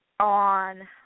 On